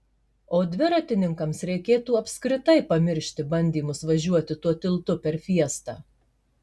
o dviratininkams reikėtų apskritai pamiršti bandymus važiuoti tuo tiltu per fiestą